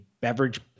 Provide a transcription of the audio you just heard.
beverage